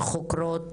חוקרות